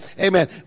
Amen